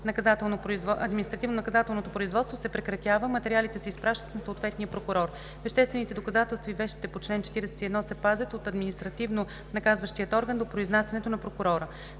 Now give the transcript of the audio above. административнонаказателното производство се прекратява, а материалите се изпращат на съответния прокурор. Веществените доказателства и вещите по чл. 41 се пазят от административнонаказващия орган до произнасянето на прокурора.“